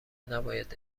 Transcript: نباید